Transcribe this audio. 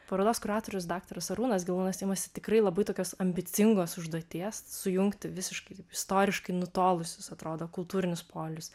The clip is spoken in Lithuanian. parodos kuratorius daktaras arūnas gelūnas imasi tikrai labai tokios ambicingos užduoties sujungti visiškai istoriškai nutolusius atrodo kultūrinis polius